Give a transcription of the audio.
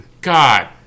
God